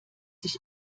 sich